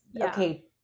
Okay